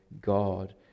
God